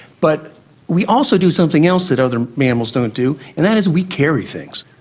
but we also do something else that other mammals don't do, and that is we carry things.